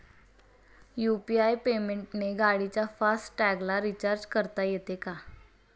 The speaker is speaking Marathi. यु.पी.आय पेमेंटने गाडीच्या फास्ट टॅगला रिर्चाज करता येते का?